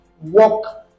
walk